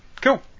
cool